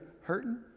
hurting